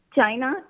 China